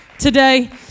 today